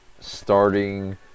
starting